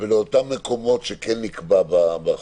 לאותם מקומות שנקבע בחוק,